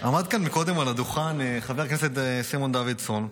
עמד כאן קודם על הדוכן חבר הכנסת סימון דוידסון,